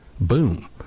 Boom